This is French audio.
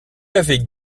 avait